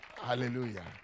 Hallelujah